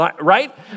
right